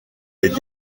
les